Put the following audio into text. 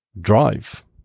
drive